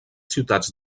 ciutats